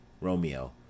ROMEO